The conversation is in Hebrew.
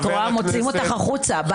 את רואה, מוציאים אותך החוצה.